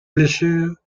blessure